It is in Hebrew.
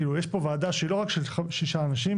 כאילו יש פה ועדה שהיא לא רק של שישה אנשים,